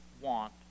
want